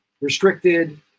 restricted